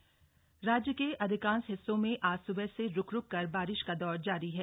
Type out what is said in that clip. मौसम राज्य के अधिकांश हिस्सों में आज सुबह से रूक रूककर बारिश का दौर जारी है